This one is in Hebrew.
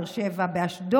באר שבע ובאשדוד,